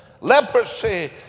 leprosy